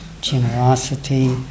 Generosity